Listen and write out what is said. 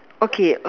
okay